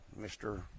Mr